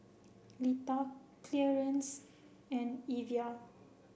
Lita Clearence and Evia